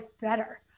better